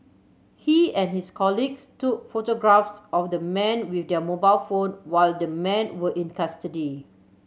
he and his colleagues took photographs of the men with their mobile phone while the men were in custody